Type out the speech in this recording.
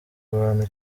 abantu